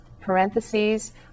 Parentheses